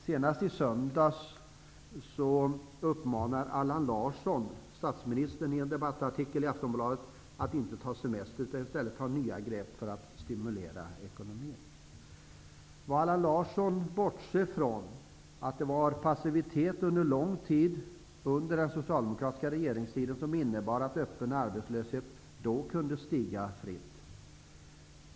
Senast i söndags uppmanade Allan Larsson statsministern i en debattartikel i Aftonbladet att inte ta semester utan i stället ta nya grepp för att stimulera ekonomin. Vad Allan Larsson bortser ifrån är att det var passivitet under lång tid under den socialdemokratiska regeringstiden som gjorde att arbetslösheten kunde stiga fritt.